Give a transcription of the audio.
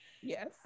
Yes